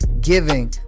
giving